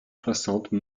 soixante